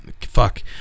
fuck